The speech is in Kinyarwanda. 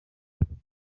mutoni